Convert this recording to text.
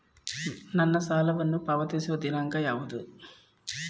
ನನ್ನ ಸಾಲವನ್ನು ಪಾವತಿಸುವ ದಿನಾಂಕ ಯಾವುದು?